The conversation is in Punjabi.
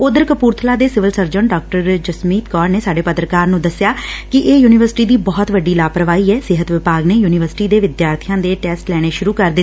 ਉਧਰ ਕਪੁਰਥਲਾ ਦੇ ਸਿਵਲ ਸਰਜਨ ਡਾ ਜਸਮੀਤ ਕੌਰ ਨੇ ਸਾਡੇ ਪੱਤਰਕਾਰ ਨੰ ਦਸਿਐ ਕਿ ਇਹ ਯੁਨੀਵਰਸਿਟੀ ਦੀ ਬਹੁਤ ਵੱਡੀ ਲਾਪਰਵਾਹੀ ਐ ਸਿਹਤ ਵਿਭਾਗ ਨੇ ਯੁਨੀਵਰਸਿਟੀ ਦੇ ਵਿਦਿਆਰਥੀਆਂ ਦੇ ਟੈਸਟ ਲੈਣੇ ਸੁਰੁ ਕਰ ਦਿੱਤੇ ਨੇ